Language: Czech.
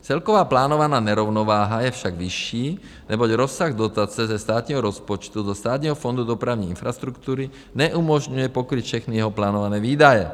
Celková plánovaná nerovnováha je však vyšší, neboť rozsah dotace ze státního rozpočtu do Státního fondu dopravní infrastruktury neumožňuje pokrýt všechny jeho plánované výdaje.